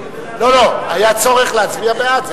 היה צורך להצביע בעד, זה